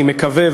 אני מקווה,